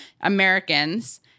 Americans